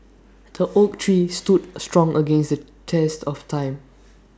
the oak tree stood strong against the test of time